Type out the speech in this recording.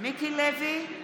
מיקי לוי,